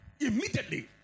immediately